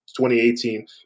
2018